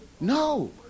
No